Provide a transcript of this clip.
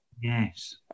yes